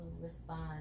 respond